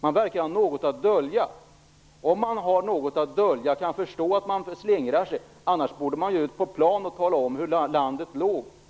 Man verkar ha något att dölja. Om man har något att dölja kan jag förstå att man slingrar sig - annars borde man ut på planen och tala om hur landet ligger.